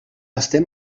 estem